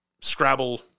Scrabble